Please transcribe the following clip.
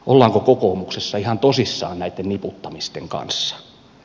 ollaanko kokoomuksessa ihan tosissaan näitten niputtamisten kanssa